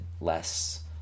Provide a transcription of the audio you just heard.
less